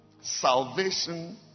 salvation